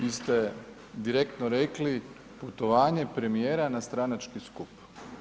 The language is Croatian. Vi ste direktno rekli, putovanje premijera na stranački skup.